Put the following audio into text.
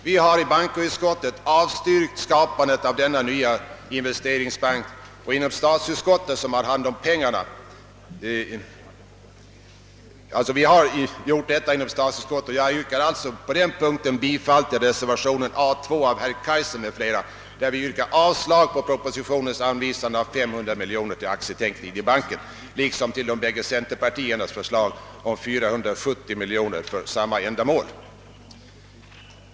Vi har i bankoutskottet avstyrkt skapandet av investeringsbanken och inom statsutskottet, som har hand om medelsanvisningen, i reservation A 2 av herr Kaijser m.fl yrkat avslag på Kungl. Maj:ts förslag om anvisande av 500 miljoner kronor till aktieteckning liksom på de bägge centerpartiernas förslag om anvisande av 470 miljoner kronor till samma ändamål.